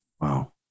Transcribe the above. Wow